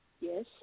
Yes